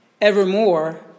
evermore